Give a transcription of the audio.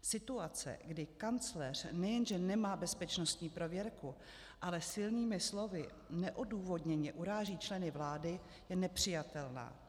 Situace, kdy kancléř nejenže nemá bezpečnostní prověrku, ale silnými slovy neodůvodněně uráží členy vlády, je nepřijatelná.